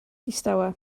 distawa